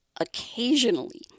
occasionally